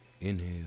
inhale